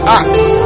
acts